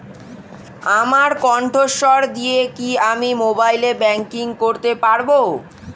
আমার কন্ঠস্বর দিয়ে কি আমি মোবাইলে ব্যাংকিং করতে পারবো?